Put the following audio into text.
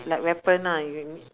like weapon lah